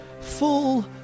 full